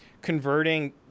converting